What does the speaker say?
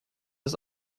ist